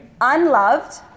unloved